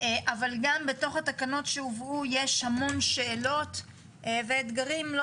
אבל גם בתוך התקנות שהובאו יש המון שאלות ואתגרים לא